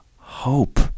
hope